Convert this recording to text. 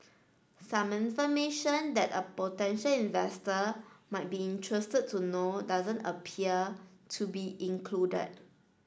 some information that a potential investor might be interested to know doesn't appear to be included